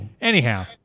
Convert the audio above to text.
Anyhow